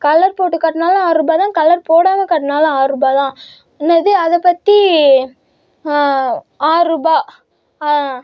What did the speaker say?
colour போட்டு கட்டினாலும் ஆறுரூபா தான் கலர் போடாமல் காட்டினாலும் ஆறு ரூபா தான் என்னது அதை பற்றி ஆறுரூபா